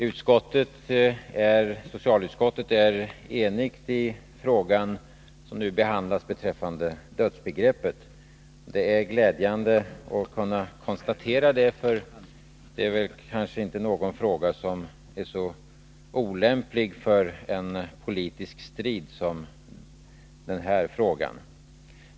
Herr talman! Socialutskottet är enigt i frågan om dödsbegreppet, som nu behandlas. Det är glädjande att kunna konstatera det — det finns väl kanske inte någon fråga som är så olämplig för en politisk strid som den.